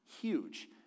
huge